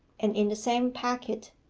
and in the same packet,